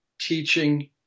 teaching